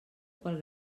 pel